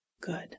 good